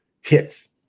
hits